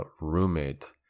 roommate